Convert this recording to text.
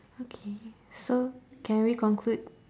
okay so can we conclude